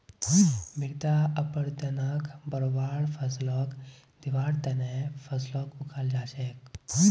मृदा अपरदनक बढ़वार फ़सलक दिबार त न फसलक उगाल जा छेक